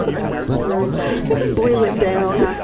yeah i can boil it down.